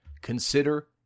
consider